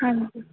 हां जी